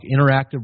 Interactive